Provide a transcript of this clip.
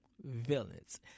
villains